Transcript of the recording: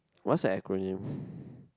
what's your acronym